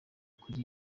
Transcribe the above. kuri